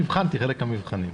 נבחנתי חלק מהמבחנים.